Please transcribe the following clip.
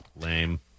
Lame